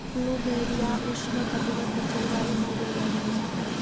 plumeria उष्ण कटिबंधीय जलवायु म उगैलो जाय छै